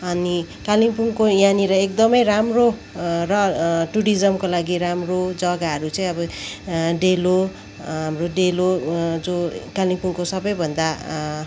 अनि कालिम्पोङको यहाँनिर एकदमै राम्रो र टुरिज्मको लागि राम्रो जग्गाहरू चाहिँ अब डेलो हाम्रो डेलो जो कालिम्पोङको सबैभन्दा